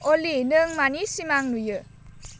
अलि नों मानि सिमां नुयो